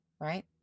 right